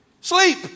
Sleep